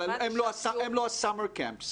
אבל הם לא מחנות הקיץ,